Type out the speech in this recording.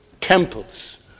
temples